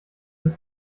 ist